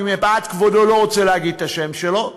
מפאת כבודו אני לא רוצה להגיד את השם שלו,